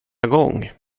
gång